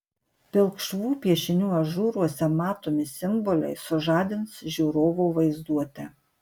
pilkšvų piešinių ažūruose matomi simboliai sužadins žiūrovo vaizduotę